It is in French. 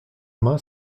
main